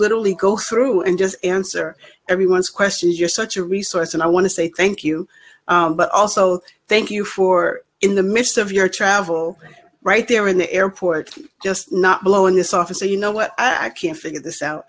literally go through and just answer everyone's questions you're such a resource and i want to say thank you but also thank you for in the midst of your travel right there in the airport just not blowing this officer you know what i can't figure this out